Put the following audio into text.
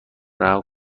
رها